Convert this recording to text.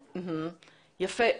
יפה.